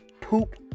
poop